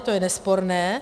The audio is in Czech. To je nesporné.